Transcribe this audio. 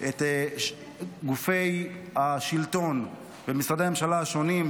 את גופי השלטון ומשרדי הממשלה השונים,